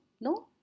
no